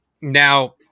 Now